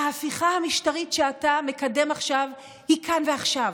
ההפיכה המשטרית שאתה מקדם עכשיו היא כאן ועכשיו,